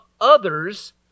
others